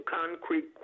concrete